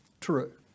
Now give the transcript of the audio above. true